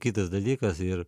kitas dalykas ir